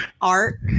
art